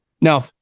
Now